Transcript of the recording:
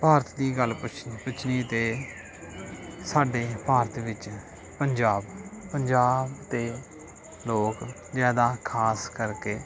ਭਾਰਤ ਦੀ ਗੱਲ ਪੁੱਛਣ ਪੁੱਛਣੀ ਅਤੇ ਸਾਡੇ ਭਾਰਤ ਵਿੱਚ ਪੰਜਾਬ ਪੰਜਾਬ ਦੇ ਲੋਕ ਜ਼ਿਆਦਾ ਖਾਸ ਕਰਕੇ